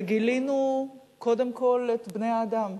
וגילינו קודם כול את בני-האדם.